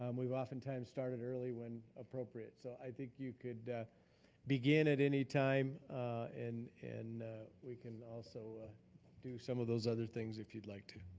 um we've oftentimes started early when appropriate. so i think you could begin at anytime and and we can also do some of those other things if you'd like to.